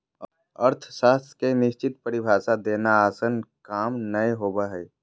अर्थशास्त्र के निश्चित परिभाषा देना आसन काम नय होबो हइ